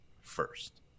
first